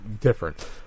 different